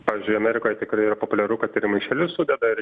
pavyzdžiui amerikoje tikrai yra populiaru kad ir į maišelius sudeda